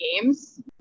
games